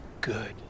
Good